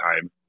time